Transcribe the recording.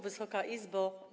Wysoka Izbo!